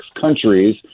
countries